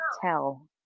tell